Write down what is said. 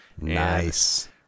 Nice